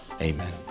amen